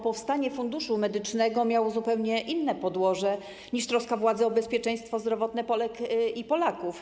Powstanie Funduszu Medycznego miało zupełnie inne podłoże niż troska władzy o bezpieczeństwo zdrowotne Polek i Polaków.